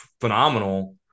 phenomenal